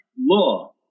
law